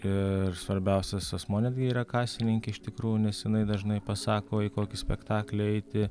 ir svarbiausias asmuo net gi yra kasininkė iš tikrųjų nes jinai dažnai pasako į kokį spektaklį eiti